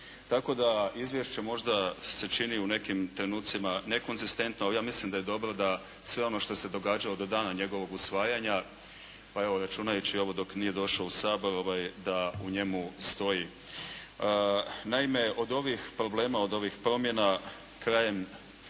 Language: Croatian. Tako da izvješće možda se čini u nekim trenucima nekonzistentno, ali ja mislim da je dobro da sve ono što se događalo do dana njegovog usvajanja pa evo računajući ovo dok nije došao u Sabor, da u njemu stoji. Naime, od ovih problema od ovih promjena, krajem